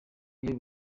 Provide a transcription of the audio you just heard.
iyo